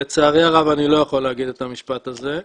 לצערי הרב אני לא יכול להגיד את המשפט הזה.